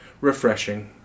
refreshing